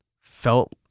felt